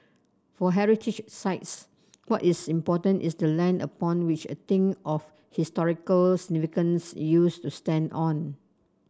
for heritage sites what is important is the land upon which a thing of historical significance used to stand on